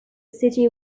city